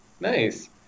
nice